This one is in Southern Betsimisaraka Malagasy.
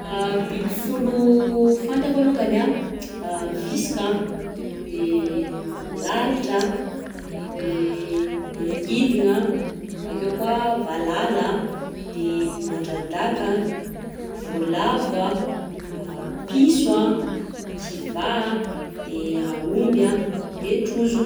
Biby folo fantako alongany an: visika, de lalitra, de angidigna, akeo koà valala, de andradàka, vaolavo an, a piso an, kivà, de aomby, de trozogna.